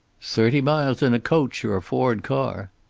thirty miles in a coach or a ford car.